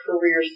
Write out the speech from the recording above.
career